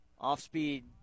off-speed